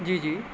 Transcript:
جی جی